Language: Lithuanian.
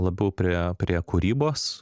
labiau prie prie kūrybos